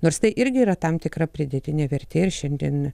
nors tai irgi yra tam tikra pridėtinė vertė ir šiandien